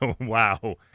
Wow